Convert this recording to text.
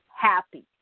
happy